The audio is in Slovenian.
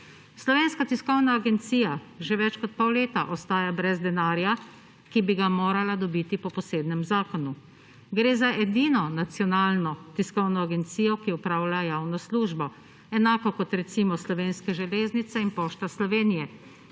določen in povsem jasen. STA že več kot pol leta ostaja brez denarja, ki bi ga morala dobiti po posebnem zakonu. Gre za edino nacionalno tiskovno agencijo, ki opravlja javno službo, enako kot recimo Slovenske železnice in Pošta Slovenije,